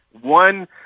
one